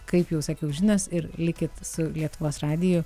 kaip jau sakiau žinios ir likit su lietuvos radiju